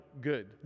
good